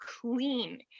clean